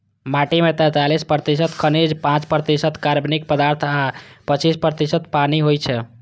माटि मे पैंतालीस प्रतिशत खनिज, पांच प्रतिशत कार्बनिक पदार्थ आ पच्चीस प्रतिशत पानि होइ छै